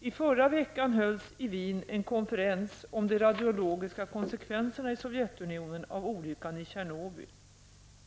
I förra veckan hölls i Wien en konferens om de radiologiska konsekvenserna i Sovjetunionen av olyckan i Tjernobyl.